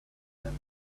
event